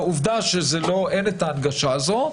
עובדה שאין הנגשה כזו.